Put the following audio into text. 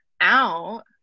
out